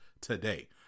today